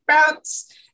sprouts